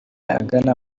agana